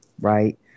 right